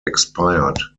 expired